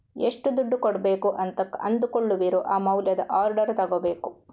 ಎಷ್ಟು ದುಡ್ಡು ಕೊಡ್ಬೇಕು ಅಂತ ಅಂದುಕೊಳ್ಳುವಿರೋ ಆ ಮೌಲ್ಯದ ಆರ್ಡರ್ ತಗೋಬೇಕು